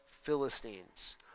Philistines